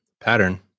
pattern